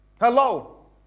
Hello